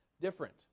different